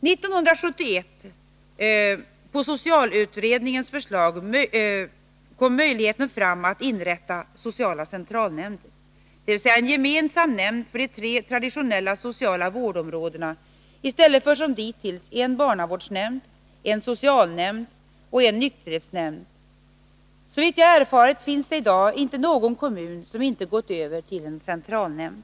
1971 kom på socialutredningens förslag möjligheten att inrätta sociala centralnämnder, dvs. en gemensam nämnd för de tre traditionella sociala vårdområdena i stället för som dittills en barnavårdsnämnd, en socialnämnd och en nykterhetsnämnd. Såvitt jag erfarit finns det i dag inte någon kommun som inte har gått över till centralnämnd.